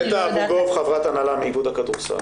נטע אבו גוב, חברת הנהלה מאיגוד הכדורסל.